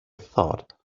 thought